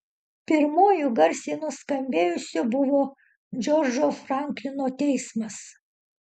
pirmuoju garsiai nuskambėjusiu buvo džordžo franklino teismas